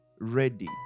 ready